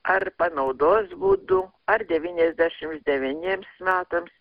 ar panaudos būdu ar devyniasdešims devyniems metams